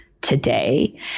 today